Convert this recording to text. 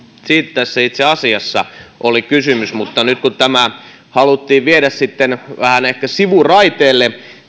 siitä tässä itse asiassa oli kysymys mutta nyt kun tämä keskustelu haluttiin viedä sitten vähän ehkä sivuraiteelle